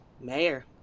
Mayor